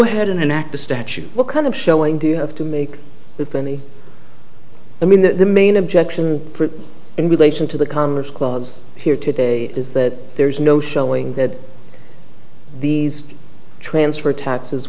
ahead and enact the statute what kind of showing do you have to make with any i mean the main objection in relation to the commerce clause here today is that there's no showing that these transfer taxes